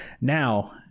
Now